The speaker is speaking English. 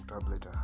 tablet